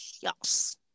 yes